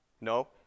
No